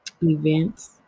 events